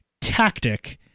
tactic